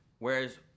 Whereas